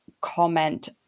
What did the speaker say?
comment